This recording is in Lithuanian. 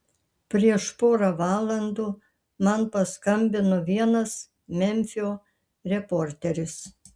prieš porą valandų man paskambino vienas memfio reporteris